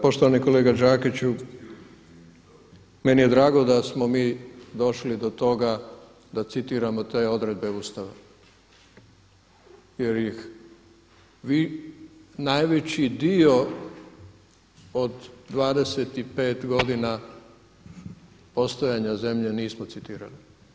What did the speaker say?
Poštovani kolega Đakiću, meni je drago da smo mi došli do toga da citiramo te odredbe Ustava jer ih najveći dio od 25 godina postojanja zemlje nismo citirali.